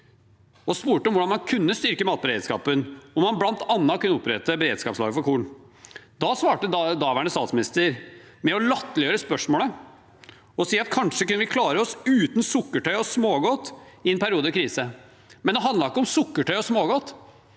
og spurte om hvordan man kunne styrke matberedskapen, og om en bl.a. kunne opprette beredskapslager for korn. Da svarte daværende statsminister med å latterliggjøre spørsmålet og si at vi kanskje kunne klare oss uten sukkertøy og smågodt i en periode i krise. Det handlet ikke om sukkertøy og smågodt.